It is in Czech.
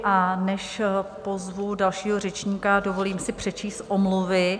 A než pozvu dalšího řečníka, dovolím si přečíst omluvy.